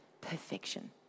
perfection